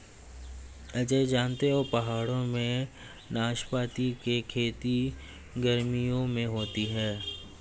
अजय जानते हो पहाड़ों में नाशपाती की खेती गर्मियों में होती है